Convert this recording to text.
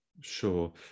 Sure